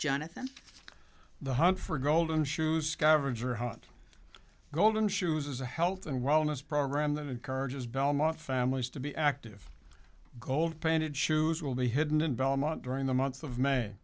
jonathan the hunt for golden shoes scavenger hunt golden shoes is a health and wellness program that encourages belmont families to be active gold painted shoes will be hidden in belmont during the month of may